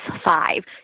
five